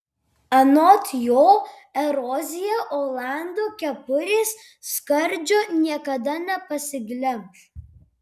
anot jo erozija olando kepurės skardžio niekada nepasiglemš